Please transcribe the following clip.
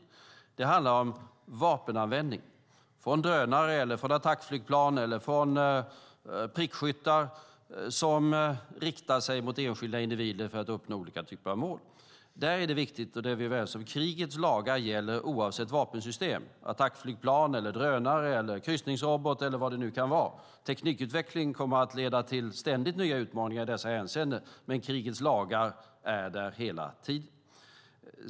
Vad det handlar om är vapenanvändning från drönare, från attackflygplan, från prickskyttar som riktar sig mot enskilda individer för att uppnå olika typer av mål. Där är det viktigt, och det är vi överens om, att krigets lagar gäller oavsett vapensystem - attackflygplan, drönare, kryssningsrobotar eller vad det nu kan vara. Teknikutvecklingen kommer att leda till ständigt nya utmaningar i dessa hänseenden, men krigets lagar är där hela tiden.